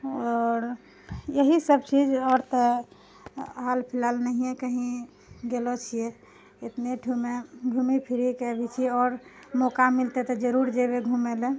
आओर इएह सब चीज आओर तऽ हालफिलहाल नहिए कहीँ गेलऽ छिए एतने ठुमे घुमि फिरिके भी छिए आओर मौका मिलतै तऽ जरूर जेबै घुमैलए